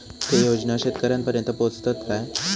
ते योजना शेतकऱ्यानपर्यंत पोचतत काय?